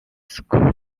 school